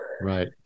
Right